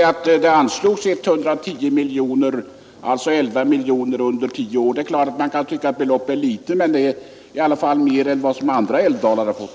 Herr talman! Faktum är ju ändå att det har anslagits 11 miljoner under tio år, alltså 110 miljoner. Man kan naturligtvis tycka att det är ett litet belopp, men det är i varje fall mer än vad andra älvdalar har fått.